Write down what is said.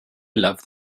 loved